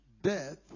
death